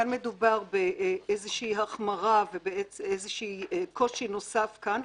כאן מדובר באיזושהי החמרה ובאיזשהו קושי נוסף כאן.